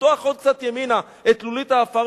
לפתוח עוד קצת ימינה את תלולית העפר,